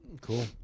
Cool